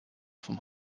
vom